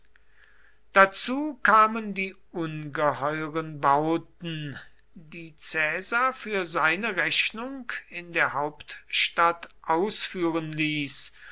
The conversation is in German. dazu kamen die ungeheuren bauten die caesar für seine rechnung in der hauptstadt ausführen ließ